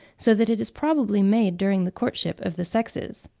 so that it is probably made during the courtship of the sexes.